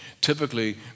typically